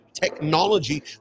technology